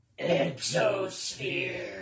Exosphere